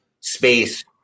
space